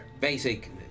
basic